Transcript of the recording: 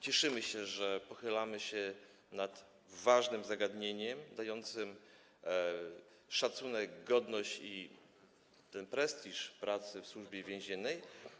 Cieszymy się, że pochylamy się nad ważnym zagadnieniem, zapewniając szacunek, godność i prestiż pracy w Służbie Więziennej.